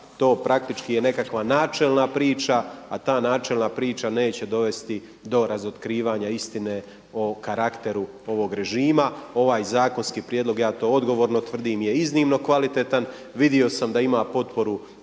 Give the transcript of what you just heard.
to praktički je nekakva načela priča a ta načelna priča neće dovesti do razotkrivanja istine o karakteru ovog režima. Ovaj zakonski prijedlog, ja to odgovorno tvrdim je iznimno kvalitetan, vidio sam da ima potporu